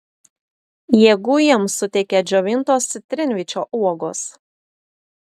jėgų jiems suteikia džiovintos citrinvyčio uogos